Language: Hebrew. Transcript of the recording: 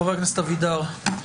חבר הכנסת אלי אבידר.